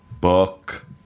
Book